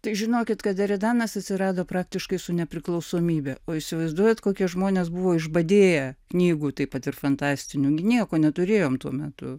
tai žinokit kad eridanas atsirado praktiškai su nepriklausomybe o įsivaizduojat kokie žmonės buvo išbadėję knygų taip pat ir fantastinių gi nieko neturėjom tuo metu